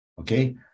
Okay